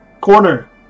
Corner